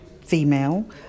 female